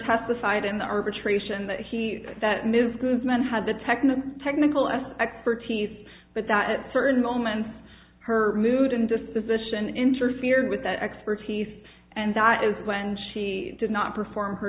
testified in arbitration that he that ms good men had the technical technical s expertise but that certain moments her mood and disposition interfere with that expertise and that is when she did not perform her